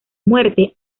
muerte